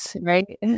right